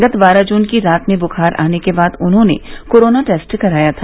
गत बारह जून की रात में ब्खार आने के बाद उन्होंने कोरोना टेस्ट कराया था